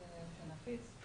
אז בוא נפתח את הכול.